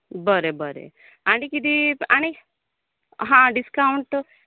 बरें बरें आनी किदें आनी हां डिस्काऊंट